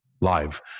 live